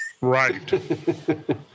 right